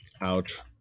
Ouch